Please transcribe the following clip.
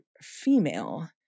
female